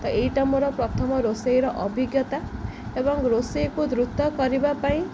ତ ଏଇଟା ମୋର ପ୍ରଥମ ରୋଷେଇର ଅଭିଜ୍ଞତା ଏବଂ ରୋଷେଇକୁ ଦ୍ରୁତ କରିବା ପାଇଁ